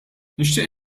nixtieq